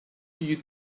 you